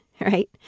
right